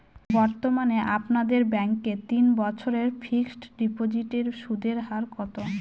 বর্তমানে আপনাদের ব্যাঙ্কে তিন বছরের ফিক্সট ডিপোজিটের সুদের হার কত?